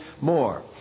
more